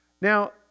Now